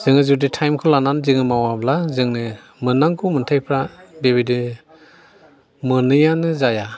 जोङो जुदि टाइमखौ लानानै जोङो मावाब्ला जोंनो मोननांगौ मोनथायफ्रा बेबायदिनो मोनैयानो जाया